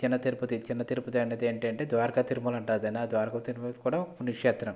చిన్న తిరుపతి చిన్న తిరుపతి అంటే ఏంటంటే ద్వారకా తిరుమల అంటారు ఆ ద్వారక తిరుమల కూడా ఒక పుణ్యక్షేత్రం